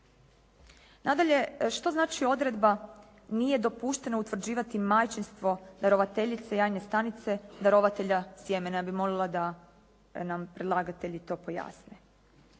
Nadalje, što znači odredba nije dopušteno utvrđeno majčinstvo darovateljice jajne stanice darovatelja sjemena. Ja bih molila da nam predlagatelji i to pojasne.